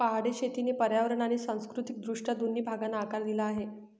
पहाडी शेतीने पर्यावरण आणि सांस्कृतिक दृष्ट्या दोन्ही भागांना आकार दिला आहे